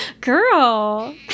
girl